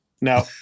no